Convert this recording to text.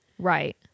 right